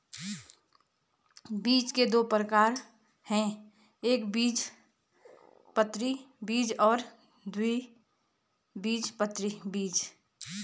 बीज के दो प्रकार है एकबीजपत्री बीज और द्विबीजपत्री बीज